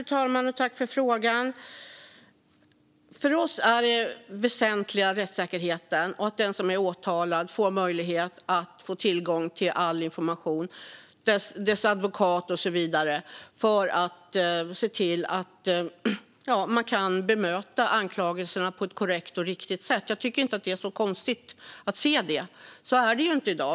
Fru talman! Tack, ledamoten, för frågan! För oss är det väsentliga rättssäkerheten och att den åtalade och dess advokat får möjlighet att få tillgång till all information för att se till att man kan bemöta anklagelserna på ett korrekt och riktigt sätt. Jag tycker inte att det är så konstigt. Så är det ju inte i dag.